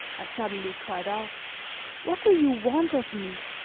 i suddenly cried out what do you want of me?